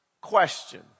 Question